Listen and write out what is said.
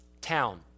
town